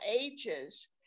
ages